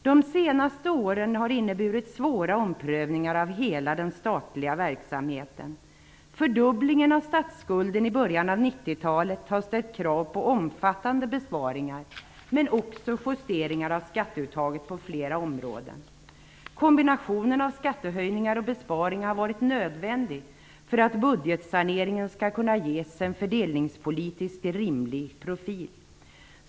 De senaste åren har inneburit svåra omprövningar av hela den statliga verksamheten. Fördubblingen av statsskulden i början av 90-talet har ställt krav på omfattande besparingar men också justeringar av skatteuttaget på flera områden. Kombinationen av skattehöjningar och besparingar har varit nödvändig för att budgetsaneringen skall kunna ges en fördelningspolitisk rimlig profil.